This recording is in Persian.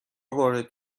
وارد